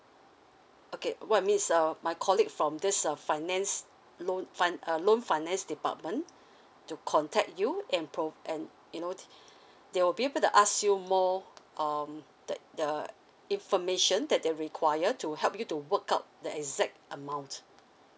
okay what means uh my colleague from this uh finance loan fin~ uh loan finance department to contact you and pro~ and you know they will be able to ask you more um the the information that they require to help you to work out the exact amount